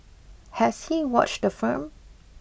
has he watched the film